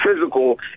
physical